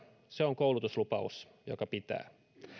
se on koulutuslupaus joka pitää